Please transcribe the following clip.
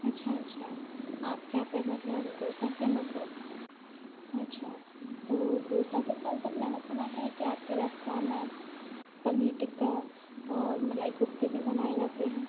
अच्छा अच्छा आपके यहाँ पर मतलब डोसा फेमस है अच्छा तो डोसा के साथ साथ मैंने सुना है कि आपके रेस्तरा में पनीर टिक्का और मलाई कोफ्ते भी बनाए जाते हैं